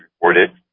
reported